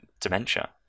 dementia